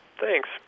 Thanks